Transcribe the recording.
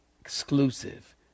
exclusive